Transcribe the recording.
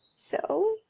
so,